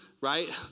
right